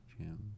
Jim